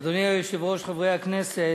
אדוני היושב-ראש, חברי חברי הכנסת,